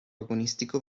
agonistico